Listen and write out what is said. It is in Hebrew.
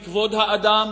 בכבוד האדם,